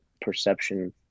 perception